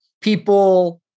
people